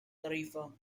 tarifa